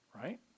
Right